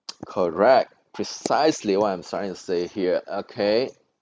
correct precisely what I'm trying to say here okay